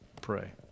pray